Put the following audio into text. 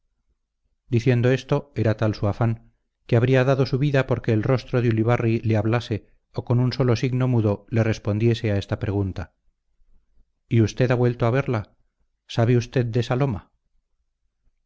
diciendo esto era tal su afán que habría dado su vida porque el rostro de ulibarri le hablase o con un solo signo mudo le respondiese a esta pregunta y usted ha vuelto a verla sabe usted de saloma